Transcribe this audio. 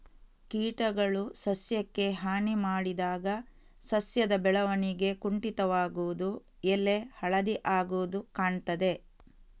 ಕೀಟಗಳು ಸಸ್ಯಕ್ಕೆ ಹಾನಿ ಮಾಡಿದಾಗ ಸಸ್ಯದ ಬೆಳವಣಿಗೆ ಕುಂಠಿತವಾಗುದು, ಎಲೆ ಹಳದಿ ಆಗುದು ಕಾಣ್ತದೆ